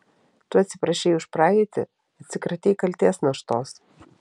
tu atsiprašei už praeitį atsikratei kaltės naštos